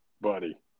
buddy